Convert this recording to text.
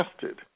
tested